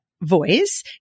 voice